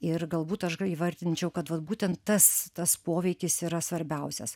ir galbūt aš įvardinčiau kad vat būtent tas tas poveikis yra svarbiausias